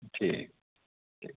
ٹھیک ٹھیک